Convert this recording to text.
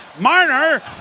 Marner